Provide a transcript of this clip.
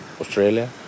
Australia